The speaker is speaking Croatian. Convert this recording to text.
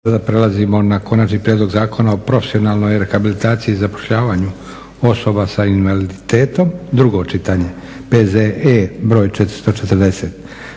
Josip (SDP)** Konačni prijedlog zakona o profesionalnoj rehabilitaciji i zapošljavaju osoba sa invaliditetom, drugo čitanje, P.Z.E. br. 440.